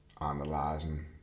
analyzing